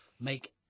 Make